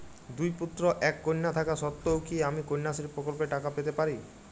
দুই পুত্র এক কন্যা থাকা সত্ত্বেও কি আমি কন্যাশ্রী প্রকল্পে টাকা পেতে পারি?